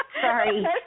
Sorry